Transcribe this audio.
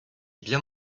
bien